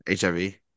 HIV